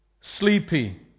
Sleepy